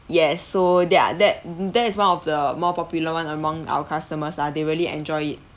yes so that ah that that is one of the more popular [one] among our customers lah they really enjoy it